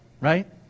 Right